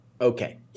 Okay